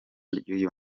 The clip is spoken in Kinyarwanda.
ry’uyu